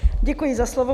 Děkuji za slovo.